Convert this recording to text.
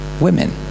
women